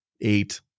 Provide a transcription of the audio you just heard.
eight